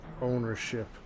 ownership